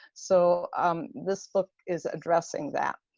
so this book is addressing that.